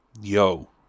yo